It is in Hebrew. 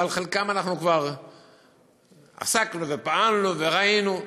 ועל חלקם אנחנו כבר עסקנו ופעלנו וראינו.